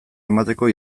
emateko